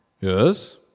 Yes